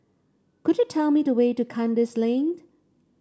could you tell me the way to Kandis Lane